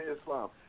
Islam